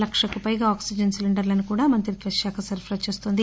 లక్షకు పైగా ఆక్సిజన్ సిలిండర్లను కూడా మంత్రిత్వ శాఖ సరఫరా చేస్తోంది